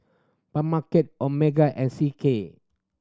Omega and C K